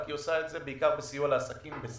רק היא עושה את זה בסיוע לעסקים בסין,